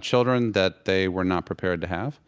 children that they were not prepared to have.